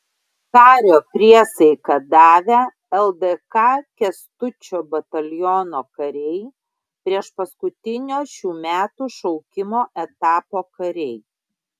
kario priesaiką davę ldk kęstučio bataliono kariai priešpaskutinio šių metų šaukimo etapo kariai